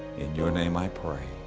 in your name i pray.